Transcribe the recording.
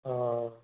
ହଁ